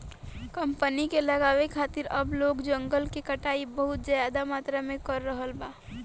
company के लगावे खातिर अब लोग जंगल के कटाई बहुत ज्यादा मात्रा में कर रहल बा